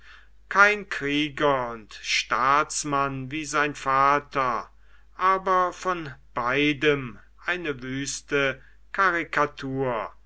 kein krieger und staatsmann wie sein vater aber von beidem eine wüste karikatur